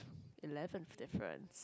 eleventh difference